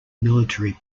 military